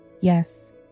Yes